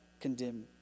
condemn